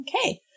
Okay